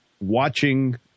watching